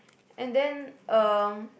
and then um